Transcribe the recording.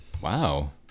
Wow